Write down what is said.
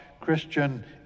Christian